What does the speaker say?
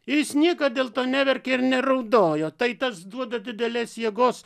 ir jis niekad dėl to neverkė ir neraudojo tai tas duoda didelės jėgos